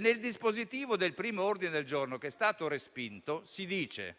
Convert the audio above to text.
nel dispositivo del primo ordine del giorno, che è stato respinto, si dice